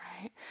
right